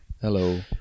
Hello